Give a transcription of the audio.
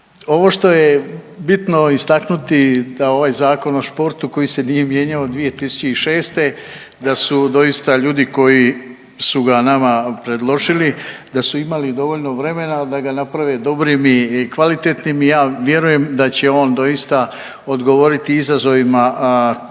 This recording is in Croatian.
Ovo što je bitno istaknuti da ovaj Zakon o športu koji se nije mijenjao od 2006., da su doista ljudi koji su ga nama predložili, da su imali dovoljno vremena da ga naprave dobrim i kvalitetnim i ja vjerujem da će on doista odgovoriti izazovima koji